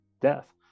death